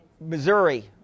Missouri